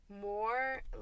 More